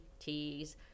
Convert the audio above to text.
teas